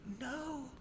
no